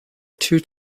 two